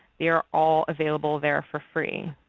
they are all available there for free.